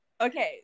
Okay